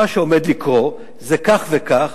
מה שעומד לקרות זה כך וכך.